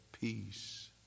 peace